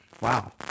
Wow